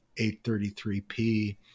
833P